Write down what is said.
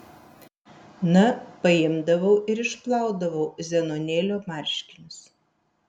na paimdavau ir išplaudavau zenonėlio marškinius